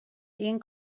این